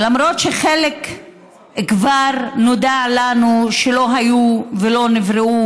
למרות שחלק כבר נודע לנו שלא היו ולא נבראו,